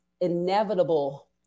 inevitable